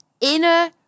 inner